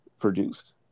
produced